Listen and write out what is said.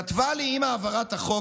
כתבה לי עם העברת החוק,